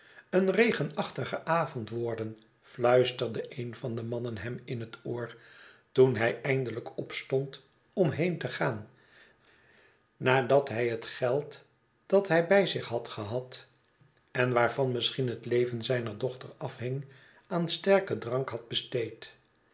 een regenachtige avond warden fluisterde een van de mannen hem in het oor toen hij eindelijk opstond om heen te gaan nadat hij het geld dat hij bij zich had gehad en waarvan misschien het leven zijner dochter afhing aan sterken drank had besteed